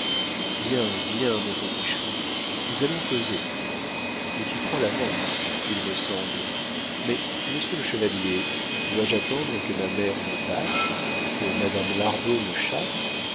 bien bien mon petit chou nous allons causer tout à l'heure mais tu prends l'avance il me semble mais monsieur le chevalier dois-je attendre que ma mère me batte que madame lardot me chasse